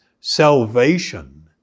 salvation